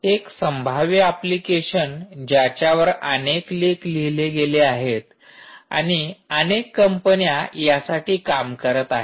एक संभाव्य एप्लिकेशन ज्याच्यावर अनेक लेख लिहिले गेले आहेत आणि अनेक कंपन्या यासाठी काम करत आहेत